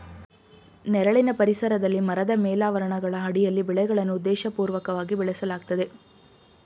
ನೆರಳಿನ ಪರಿಸರದಲ್ಲಿ ಮರದ ಮೇಲಾವರಣಗಳ ಅಡಿಯಲ್ಲಿ ಬೆಳೆಗಳನ್ನು ಉದ್ದೇಶಪೂರ್ವಕವಾಗಿ ಬೆಳೆಸಲಾಗ್ತದೆ